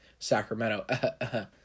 Sacramento